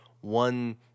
one